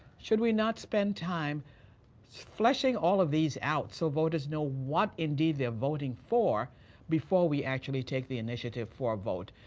should we not spend time flushing all of these out so voters know what indeed they are voting for before we actually take the initiative for a vote?